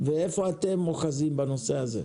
ואיפה אתם אוחזים בנושא הזה?